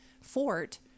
fort